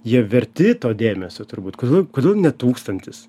jie verti to dėmesio turbūt kodėl kodėl ne tūkstantis